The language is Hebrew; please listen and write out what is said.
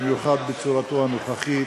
במיוחד בצורתו הנוכחית.